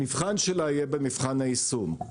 המבחן שלה יהיה במבחן היישום.